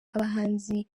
abahanzi